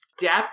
depth